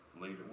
Later